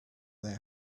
their